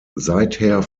seither